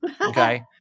Okay